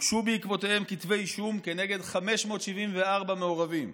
והוגשו בעקבותיהם כתבי אישום כנגד 574 מעורבים"